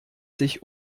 sich